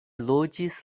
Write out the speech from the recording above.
loĝis